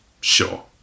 sure